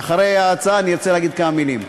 אחרי ההצבעה אני ארצה להגיד כמה מילים.